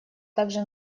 также